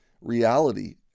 reality